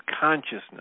consciousness